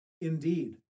Indeed